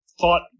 thought